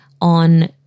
on